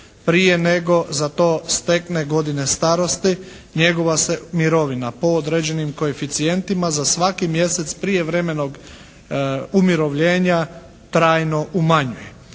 prije nego za to stekne godine starosti njegova se mirovina po određenim koeficijentima za svaki mjesec prijevremenog umirovljenja trajno umanjuje.